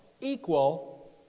equal